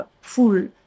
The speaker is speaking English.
full